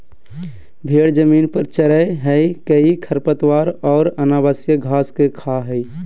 भेड़ जमीन पर चरैय हइ कई खरपतवार औरो अनावश्यक घास के खा हइ